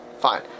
fine